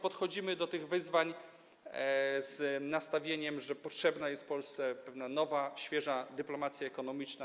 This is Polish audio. Podchodzimy do tych wyzwań z nastawieniem, że Polsce potrzebna jest pewna nowa, świeża dyplomacja ekonomiczna.